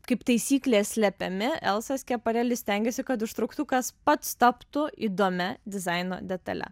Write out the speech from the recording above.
kaip taisyklė slepiami elza skepareli stengėsi kad užtrauktukas pats taptų įdomia dizaino detale